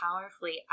powerfully